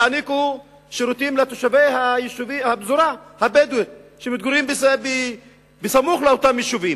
תעניקו שירותים לתושבי הפזורה הבדואית שמתגוררים סמוך לאותם יישובים.